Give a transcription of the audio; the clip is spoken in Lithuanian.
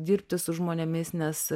dirbti su žmonėmis nes